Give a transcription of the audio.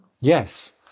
Yes